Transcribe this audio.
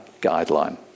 guideline